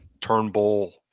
Turnbull